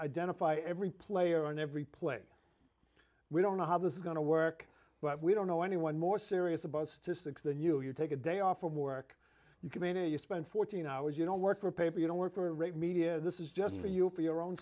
identify every player on every play we don't know how this is going to work but we don't know anyone more serious about statistics than you you take a day off from work you can enter you spent fourteen hours you don't work for a paper you don't work for rate media this is just for you for your own